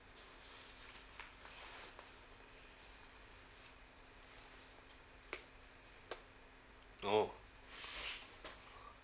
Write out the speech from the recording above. oh